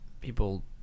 People